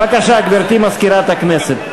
בבקשה, גברתי מזכירת הכנסת.